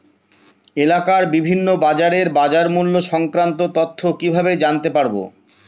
এলাকার বিভিন্ন বাজারের বাজারমূল্য সংক্রান্ত তথ্য কিভাবে জানতে পারব?